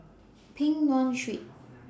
Peng Nguan Street